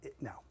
no